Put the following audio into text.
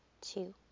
two